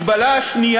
הצעת חוק המזונות (הבטחת